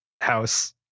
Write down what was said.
house